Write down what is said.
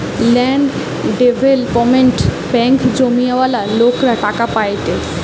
land development ব্যাঙ্কে জমিওয়ালা লোকরা টাকা পায়েটে